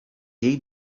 jej